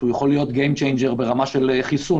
שיכול להיות game changer ברמה של חיסון,